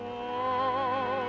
oh